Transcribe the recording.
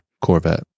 corvette